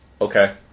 Okay